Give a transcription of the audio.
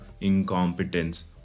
incompetence